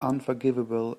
unforgivable